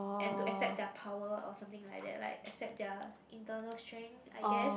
and to accept their power or something like that like accept their internal strength I guess